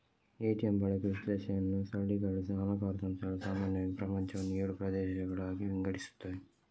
ATM ಬಳಕೆ ವಿಶ್ಲೇಷಣೆಯನ್ನು ಸರಳೀಕರಿಸಲು ಹಣಕಾಸು ಸಂಸ್ಥೆಗಳು ಸಾಮಾನ್ಯವಾಗಿ ಪ್ರಪಂಚವನ್ನು ಏಳು ಪ್ರದೇಶಗಳಾಗಿ ವಿಂಗಡಿಸುತ್ತವೆ